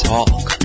Talk